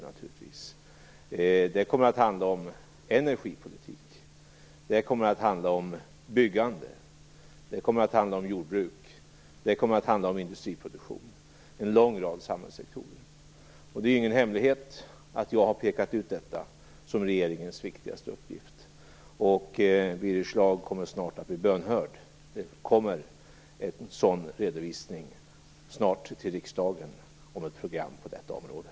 Det kommer också att handla om en lång rad samhällssektorer som energipolitik, byggande, jordbruk och industriproduktion. Det är ingen hemlighet att jag har pekat ut detta som regeringens viktigaste uppgift. Birger Schlaug kommer snart att bli bönhörd. En sådan redovisning med ett program på detta område kommer snart till riksdagen.